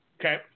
Okay